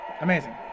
Amazing